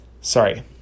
Sorry